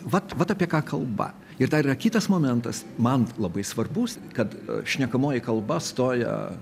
vat vat apie ką kalba ir dar yra kitas momentas man labai svarbus kad šnekamoji kalba stoja